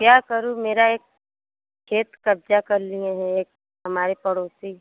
क्या करूँ मेरा एक खेत कब्जा कर लिए हैं एक हमारे पड़ोसी